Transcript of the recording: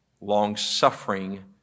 longsuffering